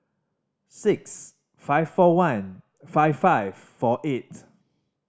six five four one five five four eight